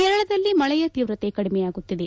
ಕೇರಳದಲ್ಲಿ ಮಳೆಯ ತೀವ್ರತೆ ಕಡಿಮೆಯಾಗುತ್ತಿದೆ